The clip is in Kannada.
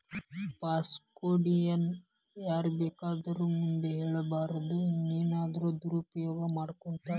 ಪಾಸ್ವರ್ಡ್ ನ ಯಾರ್ಬೇಕಾದೊರ್ ಮುಂದ ಹೆಳ್ಬಾರದು ಇಲ್ಲನ್ದ್ರ ದುರುಪಯೊಗ ಮಾಡ್ಕೊತಾರ